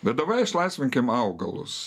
bet davai išlaisvinkim augalus